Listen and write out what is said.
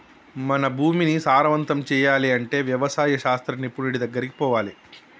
మన భూమిని సారవంతం చేయాలి అంటే వ్యవసాయ శాస్త్ర నిపుణుడి దెగ్గరికి పోవాలి